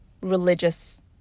religious